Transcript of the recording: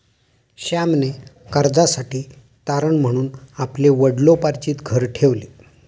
श्यामने कर्जासाठी तारण म्हणून आपले वडिलोपार्जित घर ठेवले